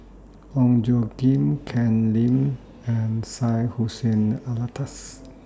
Ong Tjoe Kim Ken Lim and Syed Hussein Alatas